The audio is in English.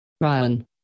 Ryan